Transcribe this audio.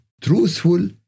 truthful